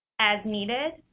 as needed.